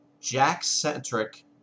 Jack-centric